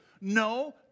No